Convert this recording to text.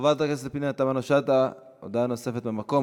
חברת הכנסת פנינה תמנו-שטה, הודעה נוספת מהמקום.